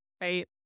right